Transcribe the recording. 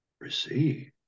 receive